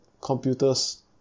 Computer's